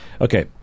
Okay